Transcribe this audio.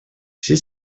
все